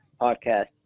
podcast